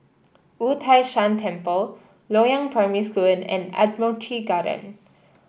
Wu Tai Shan Temple Loyang Primary School and Admiralty Garden